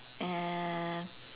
uh